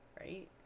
right